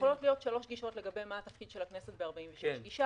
יכולות להיות שלוש גישות לתפקיד של הכנסת ב-46: גישה